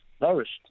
nourished